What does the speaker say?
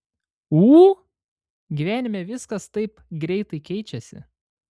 ū gyvenime viskas taip greitai keičiasi